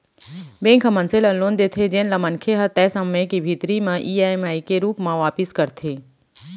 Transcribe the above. bank ह मनसे ल लोन देथे जेन ल मनखे ह तय समे के भीतरी म ईएमआई के रूप म वापिस करथे